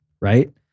right